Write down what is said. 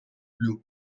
blu